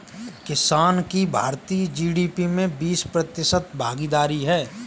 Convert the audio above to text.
किसान की भारतीय जी.डी.पी में बीस प्रतिशत भागीदारी है